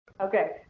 Okay